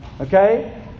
Okay